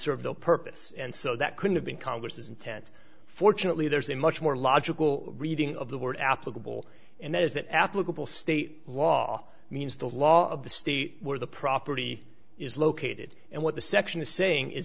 serve no purpose and so that could have been congress's intent fortunately there's a much more logical reading of the word applicable and that is that applicable state law means the law of the state where the property is located and what the section is saying is